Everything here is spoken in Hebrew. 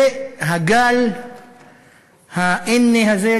והגל ה"איני" הזה,